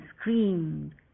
screamed